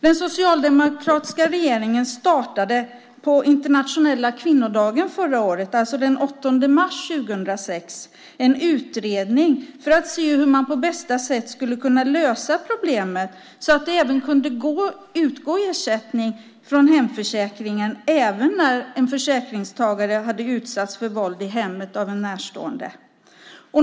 Den socialdemokratiska regeringen startade på internationella kvinnodagen förra året, alltså den 8 mars 2006, en utredning för att se hur man på bästa sätt skulle kunna lösa problemet så att det kunde utgå ersättning från hemförsäkringen även när en försäkringstagare hade utsatts för våld i hemmet av en närstående.